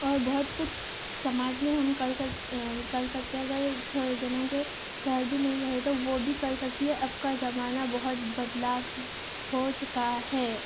اور بہت کچھ سماج میں ہم کر سکتے کر سکتے ہیں اگر تھوڑے دنوں کے شوہر بھی نہ رہے تو وہ بھی کر سکتی ہے اب کا زمانہ بہت بدلاؤ ہو چکا ہے